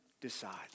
decide